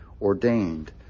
ordained